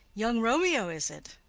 young romeo is it?